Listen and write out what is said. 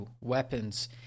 weapons